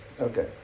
Okay